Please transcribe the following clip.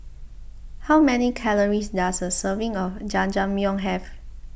how many calories does a serving of Jajangmyeon have